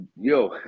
Yo